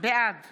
בעד